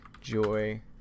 joy